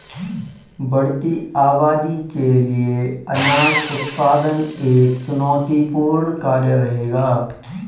बढ़ती आबादी के लिए अनाज उत्पादन एक चुनौतीपूर्ण कार्य रहेगा